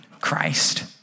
Christ